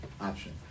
option